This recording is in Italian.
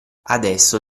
adesso